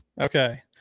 Okay